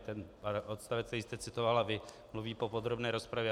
Ten odstavec, který jste citovala vy, mluví po podrobné rozpravě.